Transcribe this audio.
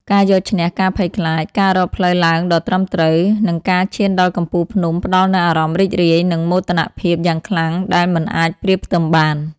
ការយកឈ្នះការភ័យខ្លាច ការរកផ្លូវឡើងដ៏ត្រឹមត្រូវ និងការឈានដល់កំពូលភ្នំផ្ដល់នូវអារម្មណ៍រីករាយ និងមោទនភាពយ៉ាងខ្លាំងដែលមិនអាចប្រៀបផ្ទឹមបាន។